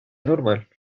normal